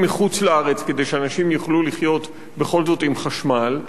מחוץ-לארץ כדי שאנשים יוכלו לחיות בכל זאת עם חשמל?